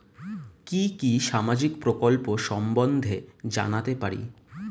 কি কি সামাজিক প্রকল্প সম্বন্ধে জানাতে পারি?